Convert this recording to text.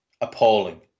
appalling